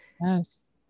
Yes